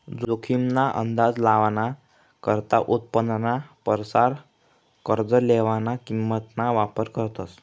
जोखीम ना अंदाज लावाना करता उत्पन्नाना परसार कर्ज लेवानी किंमत ना वापर करतस